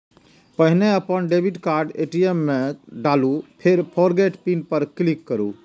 पहिने अपन debit card ATM मे डालू, फेर फोरगेट पिन पर क्लिक करू